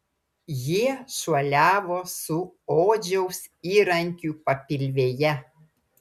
jie šuoliavo su odžiaus įrankiu papilvėje